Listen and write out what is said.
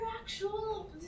actual